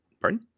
Pardon